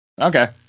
Okay